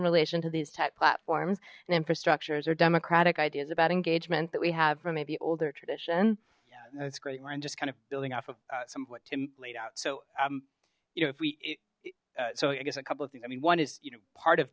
relation to these tech platforms and infrastructures or democratic ideas about engagement that we have for maybe older tradition that's great and just kind of building off of some laid out so um you know if we so i guess a couple of things i mean one is you know part of